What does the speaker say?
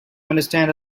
understand